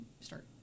start